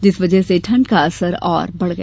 जिसकी वजह से ठंड का असर और बढ़ गया